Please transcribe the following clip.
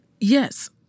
Yes